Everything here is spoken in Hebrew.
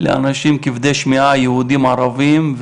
לאנשים כבדי שמיעה יהודים או ערבים,